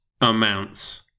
amounts